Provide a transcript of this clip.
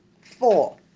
four